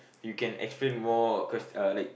you can explain more cause uh like